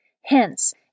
Hence